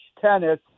tennis